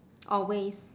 always